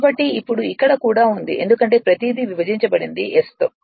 కాబట్టి ఇప్పుడు ఇక్కడ కూడా ఉంది ఎందుకంటే ప్రతిదీ విభజించబడింది S తో